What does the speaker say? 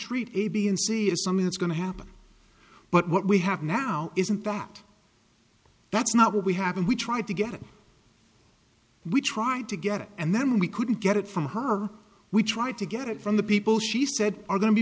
treat a b and c is something that's going to happen but what we have now isn't got that's not what we have and we tried to get it we tried to get it and then we couldn't get it from her we tried to get it from the people she said are going to be